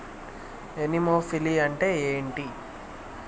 Anemophily అంటే ఏంటి?